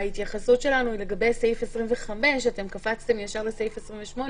ההתייחסות שלנו לגבי סעיף 25 אתם קפצתם ישר לסעיף 28,